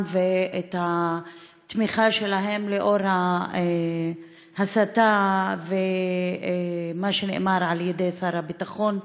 ואת התמיכה שלהם לנוכח ההסתה ומה שנאמר על ידי שר הביטחון.